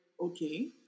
okay